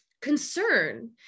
concern